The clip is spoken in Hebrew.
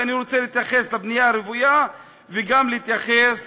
ואני רוצה להתייחס לבנייה הרוויה וגם להתייחס